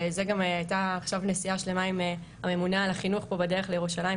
וזה גם הייתה עכשיו נסיעה שלמה עם הממונה על החינוך פה בדרך לירושלים,